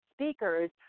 speakers